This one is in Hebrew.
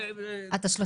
האנשים